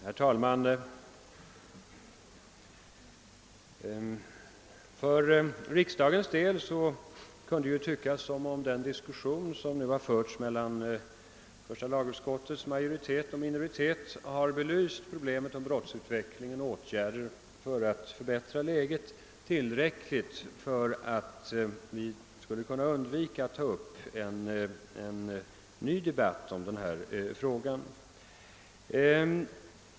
Herr talman! För riksdagens del kunde det väl tyckas som om den diskussion, som nu förts mellan majoriteten och minoriteten i första lagutskottet, tillräckligt har belyst problemet om brottsutvecklingen och åtgärder för att förbättra läget för att vi skulle kunna undvika att ta upp en ny debatt i denna fråga.